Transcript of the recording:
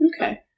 Okay